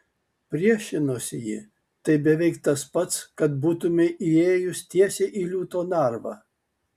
priešinosi ji tai beveik tas pats kad būtumei įėjus tiesiai į liūto narvą